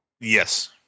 Yes